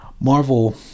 Marvel